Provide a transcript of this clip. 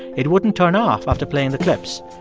it wouldn't turn off after playing the clips,